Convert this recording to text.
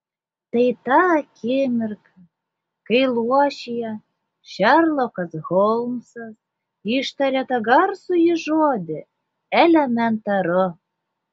tai ta akimirka kai luošyje šerlokas holmsas ištaria tą garsųjį žodį elementaru